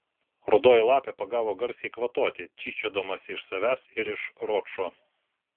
rudoji lapė pagavo garsiai kvatoti tyčiodamasis iš savęs ir iš ročo